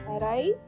Arise